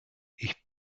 ich